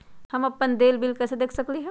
हम अपन देल बिल कैसे देख सकली ह?